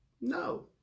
No